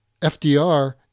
FDR